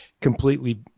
completely